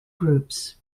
groups